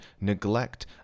neglect